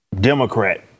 Democrat